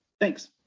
Thanks